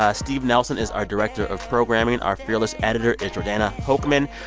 ah steve nelson is our director of programming. our fearless editor is jordana hochman.